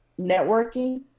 networking